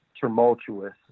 tumultuous